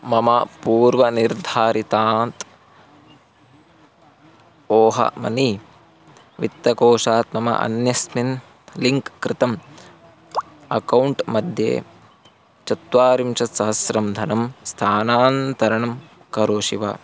मम पूर्वनिर्धारितान्त् oh money वित्तकोशात् मम अन्यस्मिन् लिङ्क् कृतम् अकौण्ट् मध्ये चत्वारिंशत्सहस्रं धनं स्थानान्तरं करोषि वा